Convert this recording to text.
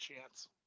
chance